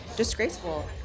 disgraceful